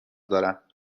دارم